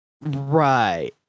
Right